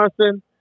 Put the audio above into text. Johnson